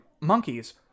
monkeys